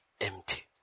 empty